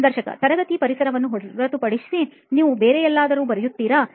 ಸಂದರ್ಶಕತರಗತಿಯ ಪರಿಸರವನ್ನು ಹೊರತುಪಡಿಸಿ ನೀವು ಬೇರೆಲ್ಲಿಯಾದರೂ ಬರೆಯುತ್ತೀರಾ